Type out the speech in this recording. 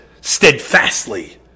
steadfastly